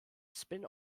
spin